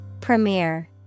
Premiere